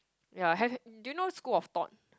ya have h~ do you know School-of-Thought